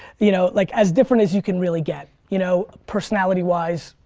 you know, like as different as you can really get, you know, personality-wise,